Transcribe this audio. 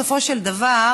בסופו של דבר,